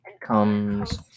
Comes